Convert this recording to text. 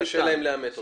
שקשה להם לאמת אותה.